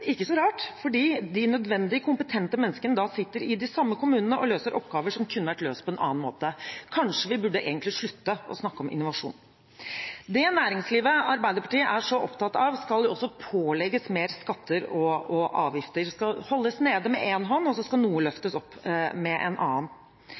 ikke så rart, fordi de nødvendige kompetente menneskene sitter i de samme kommunene og løser oppgaver som kunne vært løst på en annen måte. Kanskje vi egentlig burde slutte å snakke om innovasjon? Det næringslivet Arbeiderpartiet er så opptatt av, skal også pålegges mer skatter og avgifter. Det skal holdes nede med én hånd, og så skal noe løftes opp med en annen.